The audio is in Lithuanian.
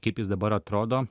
kaip jis dabar atrodo